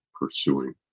pursuing